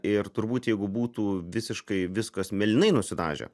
ir turbūt jeigu būtų visiškai viskas mėlynai nusidažę